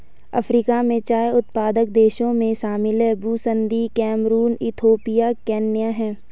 Africa में चाय उत्पादक देशों में शामिल हैं बुसन्दी कैमरून इथियोपिया केन्या है